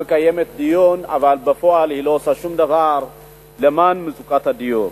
חבר הכנסת חמד עמאר, נציג סיעת ישראל ביתנו.